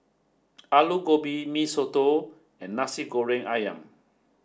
Aloo Gobi Mee Soto and Nasi Goreng Ayam